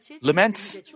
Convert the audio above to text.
laments